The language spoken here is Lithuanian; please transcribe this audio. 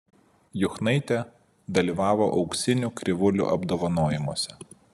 juchnaitė dalyvavo auksinių krivūlių apdovanojimuose